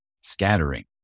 scattering